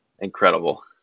Incredible